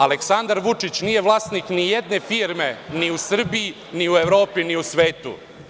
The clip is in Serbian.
Aleksandar Vučić nije vlasnik ni jedne firme ni u Srbiji, ni u Evropi, ni u svetu.